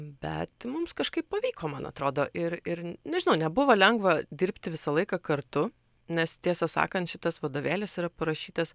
bet mums kažkaip pavyko man atrodo ir ir nežinau nebuvo lengva dirbti visą laiką kartu nes tiesą sakant šitas vadovėlis yra parašytas